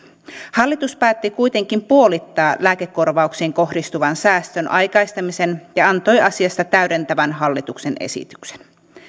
hallitus päätti kuitenkin puolittaa lääkekorvauksiin kohdistuvan säästön aikaistamisen ja antoi asiasta täydentävän hallituksen esityksen